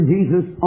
Jesus